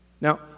Now